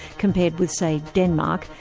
compared with say, denmark,